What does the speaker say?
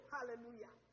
Hallelujah